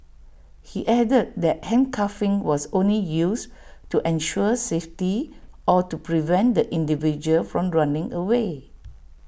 he added that handcuffing was only used to ensure safety or to prevent the individual from running away